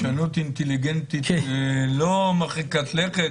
זאת פרשנות אינטליגנטית לא מרחיקת-לכת.